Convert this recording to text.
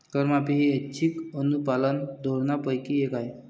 करमाफी ही ऐच्छिक अनुपालन धोरणांपैकी एक आहे